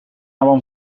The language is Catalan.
anàvem